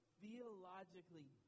theologically